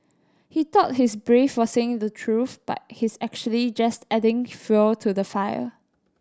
he thought he's brave for saying the truth but he's actually just adding fuel to the fire